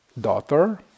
daughter